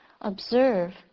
observe